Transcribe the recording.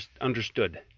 understood